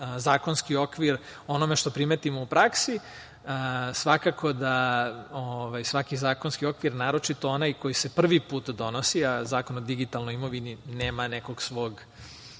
zakonski okvir onome što primetimo u praksi. Svakako da svaki zakonski okvir, naročito onaj koji se prvi put donosi, a Zakon o digitalnoj imovini nema nekog svog